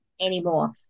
anymore